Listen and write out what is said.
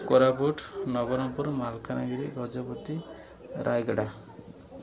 Koraput Nabarangpur Malkangiri Gajapati Rayagada